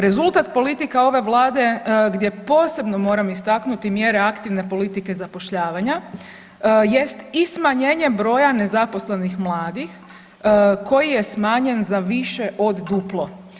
Rezultat politika ove Vlade gdje posebno moram istaknuti mjere aktivne politike zapošljavanja jest i smanjenje broja nezaposlenih mladih koji je smanjen za više od duplo.